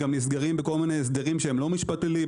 גם נסגרים בכל מיני הסדרים שהם לא משפט פלילי,